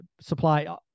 supply